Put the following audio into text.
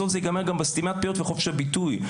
בסוף ייגמר גם בסתימת פיות וחופש הביטוי,